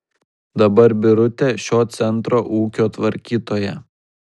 dabar birutė šio centro ūkio tvarkytoja